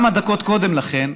כמה דקות קודם לכן